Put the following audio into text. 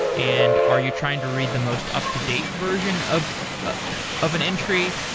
and are you trying to read the most up-to-date version of ah of an entry?